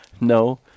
No